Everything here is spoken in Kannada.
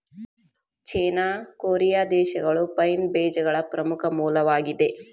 ಚೇನಾ, ಕೊರಿಯಾ ದೇಶಗಳು ಪೈನ್ ಬೇಜಗಳ ಪ್ರಮುಖ ಮೂಲವಾಗಿದೆ